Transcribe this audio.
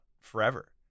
forever